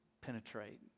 penetrate